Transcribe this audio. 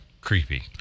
creepy